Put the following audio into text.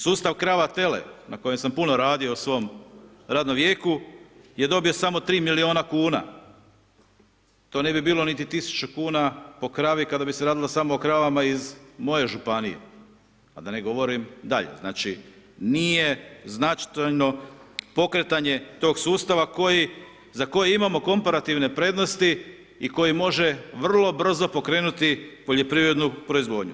Sustav krava-tele na kojem sam puno radio u svom radnom vijeku je dobio samo 3 milijuna kuna, to ne bi bilo niti 1000 kuna po kravi kada bise radilo samo o kravama iz moje županije a da ne govorim dalje, znači nije značajno pokretanje tog sustava za koje imamo komparativne prednosti i koji može vrlo brzo pokrenuti poljoprivrednu proizvodnju.